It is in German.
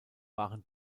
waren